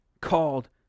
called